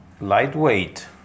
lightweight